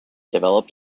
developed